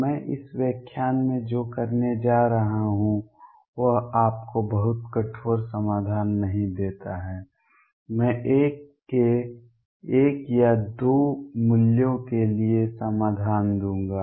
मैं इस व्याख्यान में जो करने जा रहा हूं वह आपको बहुत कठोर समाधान नहीं देता है मैं l के एक या दो मूल्यों के लिए समाधान दूंगा